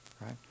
right